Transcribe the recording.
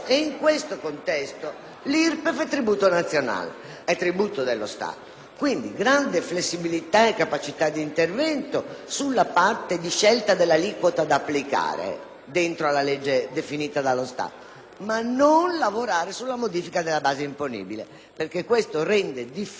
Quindi, grande flessibilità e capacità di intervento sulla parte di scelta dell'aliquota da applicare nell'ambito della legge definita dallo Stato, ma nessuna modifica della base imponibile, perché questo renderebbe difficile poi la previsione centrale anche per il fondo perequativo.